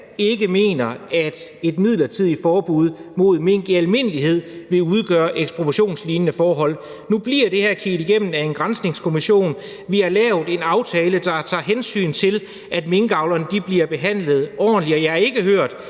ikke mener, at et midlertidigt forbud mod mink i almindelighed vil udgøre ekspropriationslignende forhold. Nu bliver det her kigget igennem af en granskningskommission. Vi har lavet en aftale, der tager hensyn til, at minkavlerne bliver behandlet ordentligt, og jeg har ikke hørt,